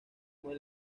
muy